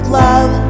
love